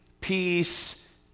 peace